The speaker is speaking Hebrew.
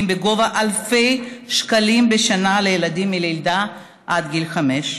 בגובה אלפי שקלים בשנה לילדים מלידה עד גיל חמש,